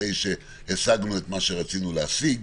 אחרי שהשגנו את מה שרצינו להשיג,